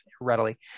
readily